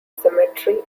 cemetery